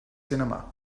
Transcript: cinema